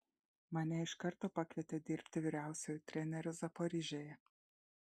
mane iš karto pakvietė dirbti vyriausiuoju treneriu zaporižėje